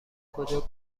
کجا